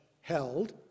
held